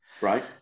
right